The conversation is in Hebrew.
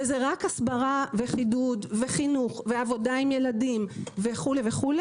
וזה רק הסברה וחידוד וחינוך ועבודה עם ילדים וכולי,